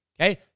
okay